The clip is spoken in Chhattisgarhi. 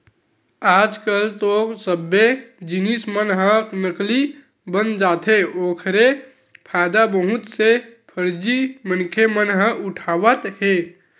आज कल तो सब्बे जिनिस मन ह नकली बन जाथे ओखरे फायदा बहुत से फरजी मनखे मन ह उठावत हे